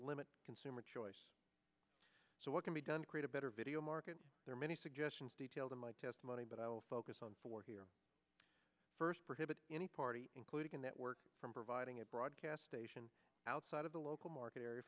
limit consumer choice so what can be done to create a better video market there are many suggestions detailed in my testimony but i will focus on four here first prohibit any party including that work from providing a broadcast station outside of the local market o